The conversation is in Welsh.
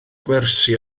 gwersi